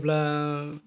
जेब्ला